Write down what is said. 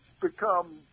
become